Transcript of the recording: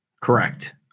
Correct